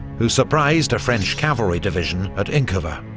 who surprised a french cavalry division at inkovo.